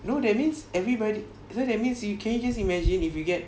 no that means everybody so that means you can you just imagine if you get